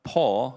Paul